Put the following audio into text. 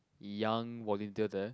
young volunteer there